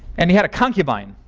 and he had a concubine,